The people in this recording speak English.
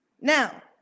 Now